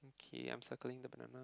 okay I'm circling the banana